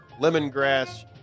lemongrass